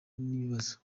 n’ibibazo